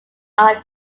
are